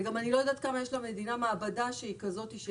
אני לא יודעת אם יש למדינה מעבדה כזאת.